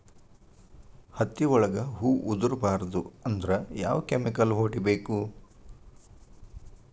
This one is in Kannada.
ಹತ್ತಿ ಒಳಗ ಹೂವು ಉದುರ್ ಬಾರದು ಅಂದ್ರ ಯಾವ ಕೆಮಿಕಲ್ ಹೊಡಿಬೇಕು?